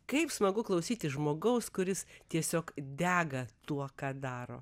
kaip smagu klausyti žmogaus kuris tiesiog dega tuo ką daro